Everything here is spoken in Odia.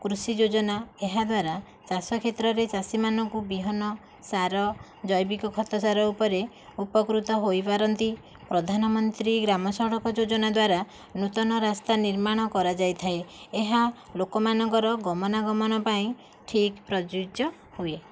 କୃଷି ଯୋଜନା ଏହା ଦ୍ୱାରା ଚାଷ କ୍ଷେତ୍ରରେ ଚାଷୀମାନଙ୍କୁ ବିହନ ସାର ଜୈବିକ ଖତ ସାର ଉପରେ ଉପକୃତ ହୋଇପାରନ୍ତି ପ୍ରଧାନମନ୍ତ୍ରୀ ଗ୍ରାମ ସଡ଼କ ଯୋଜନା ଦ୍ୱାରା ନୂତନ ରାସ୍ତା ନିର୍ମାଣ କରାଯାଇଥାଏ ଏହା ଲୋକମାଙ୍କର ଗମନାଗମନ ପାଇଁ ଠିକ୍ ପ୍ରଯୁଜ୍ୟ ହୁଏ